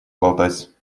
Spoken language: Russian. болтать